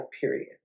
period